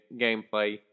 gameplay